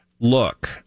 Look